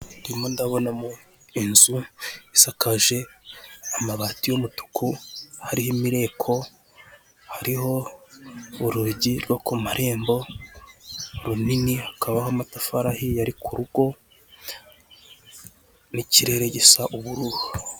Ndimo ndabonamo inzu isakaje amabati y'umutuku, hariho imireko, hariho urugi rwo kumarembo, runini hakabaho amatafari ahiye ari kurugo, n'ikirere gisa ubururu.